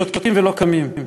שותקים ולא קמים.